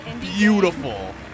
beautiful